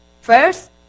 First